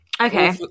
Okay